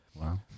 wow